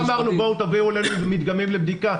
לא אמרנו שיביאו לנו דגמים לבדיקה,